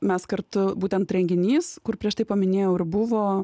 mes kartu būtent renginys kur prieš tai paminėjau ir buvo